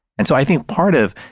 and so i think part of,